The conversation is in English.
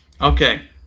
Okay